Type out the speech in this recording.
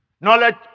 Knowledge